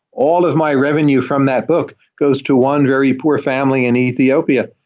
all of my revenue from that book goes to one very poor family in ethiopia.